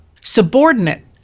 subordinate